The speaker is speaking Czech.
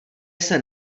jsem